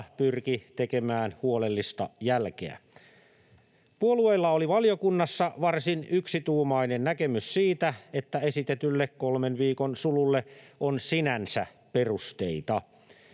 pyrki tekemään huolellista jälkeä. Puolueilla oli valiokunnassa varsin yksituumainen näkemys siitä, että esitetylle kolmen viikon sululle on sinänsä perusteita.